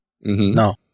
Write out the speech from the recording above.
No